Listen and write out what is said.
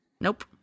nope